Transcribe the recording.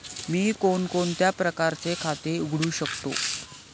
मी कोणकोणत्या प्रकारचे खाते उघडू शकतो?